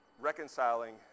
reconciling